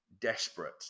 desperate